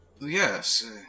Yes